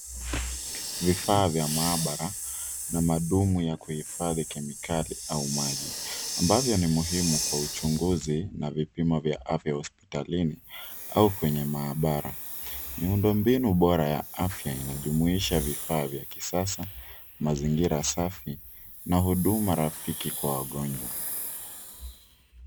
Vifaa vya maabara na madumu ya kuhifadhi kemikali au maji ambavyo ni muhimu kwa uchunguzi na vipimo vya afya hospitalini au kwenye maabara. Miundo mbinu bora ya afya inajumuisha vifaa vya kisasa, mazingira safi, na huduma rafiki kwa wagonjwa.